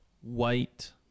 white